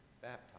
baptized